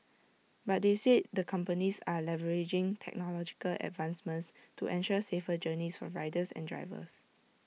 but they said the companies are leveraging technological advancements to ensure safer journeys for riders and drivers